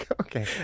Okay